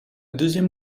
deuxième